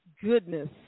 goodness